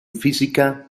física